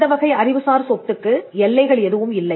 இந்தவகை அறிவுசார் சொத்துக்கு எல்லைகள் எதுவும் இல்லை